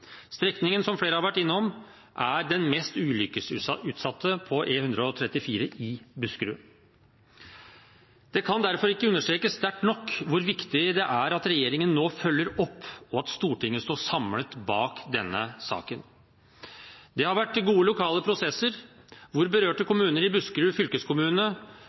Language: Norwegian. Strekningen er, som flere har vært innom, den mest ulykkesutsatte på E134 i Buskerud. Det kan derfor ikke understrekes sterkt nok hvor viktig det er at regjeringen nå følger opp, og at Stortinget står samlet i denne saken. Det har vært gode lokale prosesser, hvor berørte kommuner og Buskerud fylkeskommune